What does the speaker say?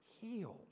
healed